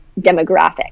demographic